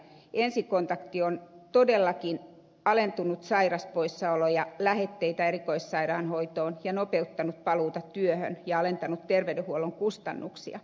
ensikontakti on todellakin alentanut sairauspoissaoloja lähetteitä erikoissairaanhoitoon ja nopeuttanut paluuta työhön ja alentanut terveydenhuollon kustannuksia